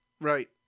Right